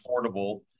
affordable